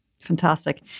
Fantastic